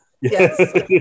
Yes